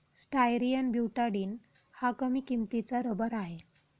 styrene butadiene हा कमी किंमतीचा रबर आहे